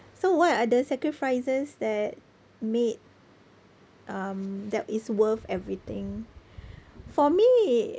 so what are the sacrifices that made um that is worth everything for me